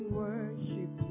worship